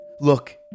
Look